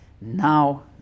Now